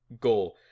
goal